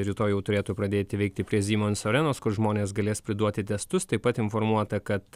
rytoj jau turėtų pradėti veikti prie siemens arenos kur žmonės galės priduoti testus taip pat informuota kad